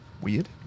weird